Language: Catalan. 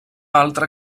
altra